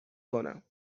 کنم